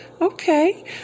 Okay